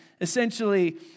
essentially